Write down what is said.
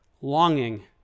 longing